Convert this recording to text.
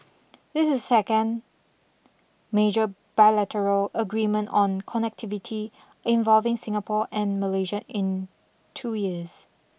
this is second major bilateral agreement on connectivity involving Singapore and Malaysia in two years